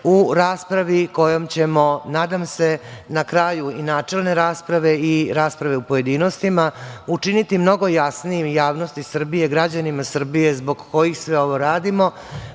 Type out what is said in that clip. u raspravi kojom ćemo, nadam se, na kraju i načelne rasprave i rasprave u pojedinostima, učiniti mnogo jasnijim u javnosti Srbije i građanima Srbije, zbog kojih sve ovo radimo.Zašto